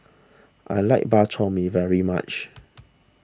I like Bak Chor Mee very much